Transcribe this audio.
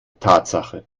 tatsache